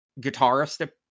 guitarist